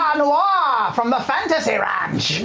um noir, ah from the fantasy ranch.